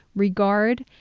regard,